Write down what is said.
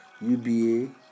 UBA